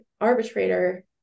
arbitrator